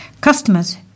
Customers